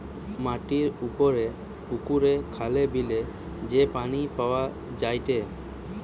মাটির উপরে পুকুরে, খালে, বিলে যে পানি পাওয়া যায়টে